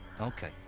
Okay